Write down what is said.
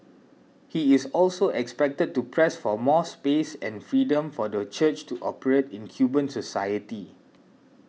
he is also expected to press for more space and freedom for the Church to operate in Cuban society